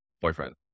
boyfriend